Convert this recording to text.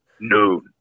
noon